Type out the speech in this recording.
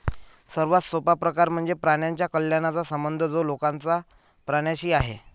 सर्वात सोपा प्रकार म्हणजे प्राण्यांच्या कल्याणाचा संबंध जो लोकांचा प्राण्यांशी आहे